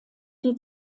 die